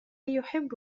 يحب